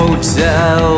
hotel